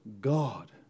God